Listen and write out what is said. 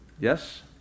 Yes